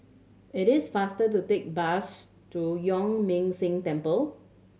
it is faster to take bus to Yuan Ming Si Temple